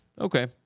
Okay